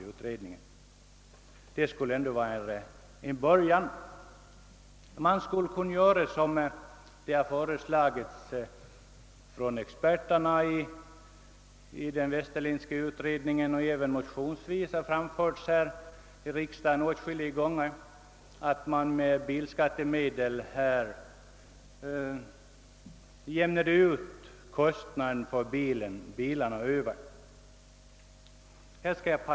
Det skulle ändå vara en början. Man skulle kunna göra som experterna i den Westerlindska utredningen har föreslagit — och som även motionsvis har framhållits i riksdagen åtskilliga gånger — att bilskattemedel togs i anspråk för att utjämna kostnaderna för att få bilarna över till fastlandet.